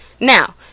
Now